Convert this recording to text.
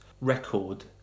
record